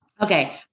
Okay